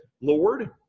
Lord